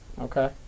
Okay